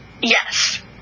Yes